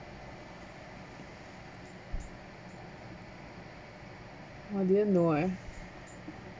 I didn't know eh